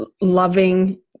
loving